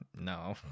no